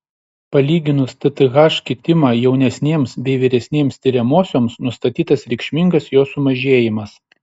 palyginus tth kitimą jaunesnėms bei vyresnėms tiriamosioms nustatytas reikšmingas jo sumažėjimas